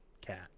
cat